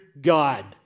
God